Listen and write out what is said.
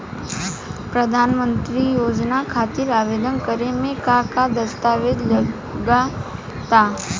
प्रधानमंत्री योजना खातिर आवेदन करे मे का का दस्तावेजऽ लगा ता?